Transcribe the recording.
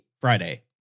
Friday